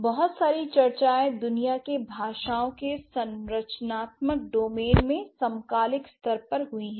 बहुत सारी चर्चाएं दुनिया के भाषाओं के संरचनात्मक डोमेन में समकालिक स्तर पर हुई है